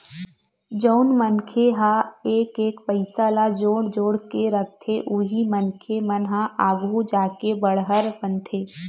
जउन मनखे ह एक एक पइसा ल जोड़ जोड़ के रखथे उही मनखे मन ह आघु जाके बड़हर बनथे